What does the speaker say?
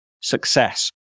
success